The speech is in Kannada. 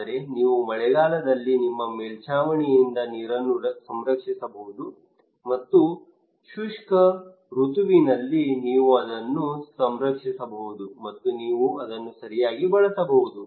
ಆದರೆ ನೀವು ಮಳೆಗಾಲದಲ್ಲಿ ನಿಮ್ಮ ಮೇಲ್ಛಾವಣಿಯಿಂದ ನೀರನ್ನು ಸಂರಕ್ಷಿಸಬಹುದು ಮತ್ತು ಶುಷ್ಕ ಋತುವಿನಲ್ಲಿ ನೀವು ಅದನ್ನು ಸಂರಕ್ಷಿಸಬಹುದು ಮತ್ತು ನೀವು ಅದನ್ನು ಸರಿಯಾಗಿ ಬಳಸಬಹುದು